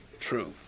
Truth